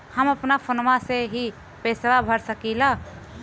हम अपना फोनवा से ही पेसवा भर सकी ला?